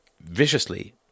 viciously